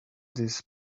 this